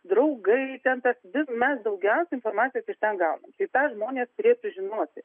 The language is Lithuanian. draugai ten tas vis mes daugiausiai informacijos iš ten gaunam tai ką žmonės turėtų žinoti